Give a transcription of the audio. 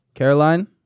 Caroline